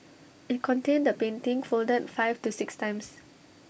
IT contained A painting folded five to six times